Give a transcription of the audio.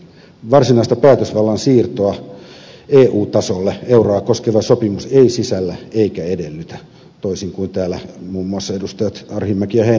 varsinaista päätösvallan siirtoa eu tasolle euroa koskeva sopimus ei sisällä eikä edellytä toisin kuin täällä muun muassa edustajat arhinmäki ja heinäluoma antoivat ymmärtää